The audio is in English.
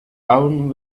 own